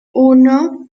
uno